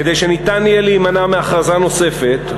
כדי שניתן יהיה להימנע מהכרזה נוספת,